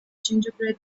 gingerbread